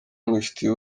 mubifitiye